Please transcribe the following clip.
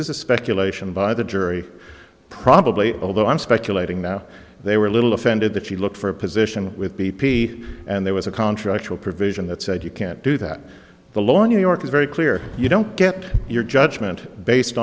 is a speculation by the jury probably although i'm speculating now they were a little offended that she looked for a position with b p and there was a controversial provision that said you can't do that the law new york is very clear you don't get your judgment based